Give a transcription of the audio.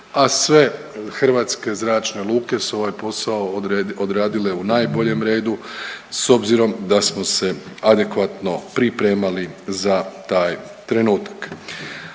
a sve hrvatske zračne luke su ovaj posao odradile u najboljem redu s obzirom da smo se adekvatno pripremali za taj trenutak.